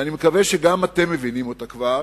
שאני מקווה שגם אתם מבינים אותה כבר,